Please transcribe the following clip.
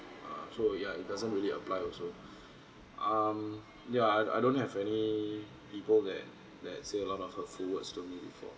uh so ya it doesn't really apply also um yeah I d~ I don't have any people that that had said a lot of hurtful words to me before